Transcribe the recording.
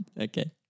okay